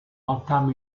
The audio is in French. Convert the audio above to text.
entame